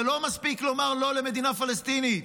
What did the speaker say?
זה לא מספיק לומר לא למדינה פלסטינית.